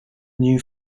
new